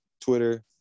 Twitter